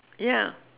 ya